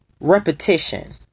repetition